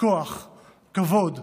כוח, כבוד,